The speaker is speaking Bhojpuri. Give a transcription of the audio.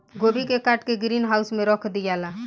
गोभी के काट के ग्रीन हाउस में रख दियाला